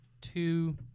two